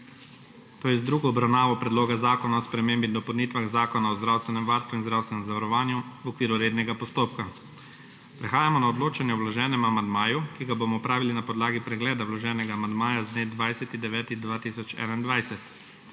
to je z drugo obravnavo Predloga zakona o spremembi in dopolnitvah Zakona o zdravstvenem varstvu in zdravstvenem zavarovanju v okviru rednega postopka.** Prehajamo na odločanje o vloženem amandmaju, ki ga bomo opravili na podlagi pregleda vloženega amandmaja z dne 20. 9. 2021.